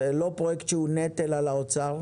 זה לא פרויקט שהוא נטל על האוצר.